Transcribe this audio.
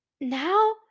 now